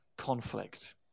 conflict